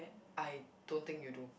I don't think you do